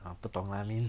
ah 不懂 lah I mean